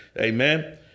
Amen